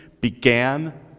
began